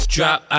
Drop